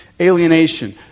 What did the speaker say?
Alienation